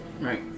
Right